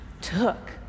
took